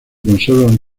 conservan